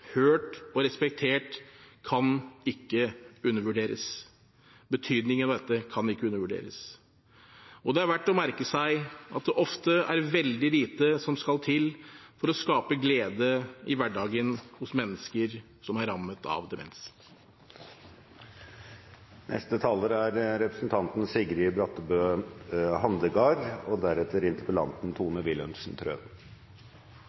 hørt og respektert kan man ikke undervurdere betydningen av. Og det er verdt å merke seg at det ofte er veldig lite som skal til for å skape glede i hverdagen hos mennesker som er rammet av demens. Det er ein viktig interpellasjon som representanten